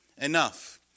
Enough